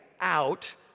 out